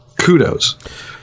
kudos